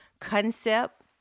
concept